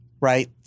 right